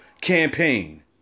campaign